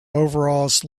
overalls